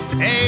Hey